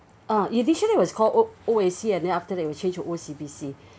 uh initially it was called O O_A_C and then after that they change to O_C_B_C